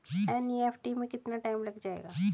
NEFT में कितना time लग जाएगा?